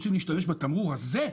אם רוצים להשתמש בתמרור הזה,